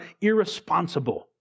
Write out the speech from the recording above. irresponsible